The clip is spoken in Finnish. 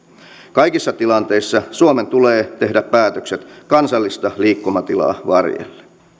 kaikissa tilanteissa suomen tulee tehdä päätökset kansallista liikkumatilaa varjellen